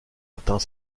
atteint